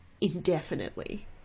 indefinitely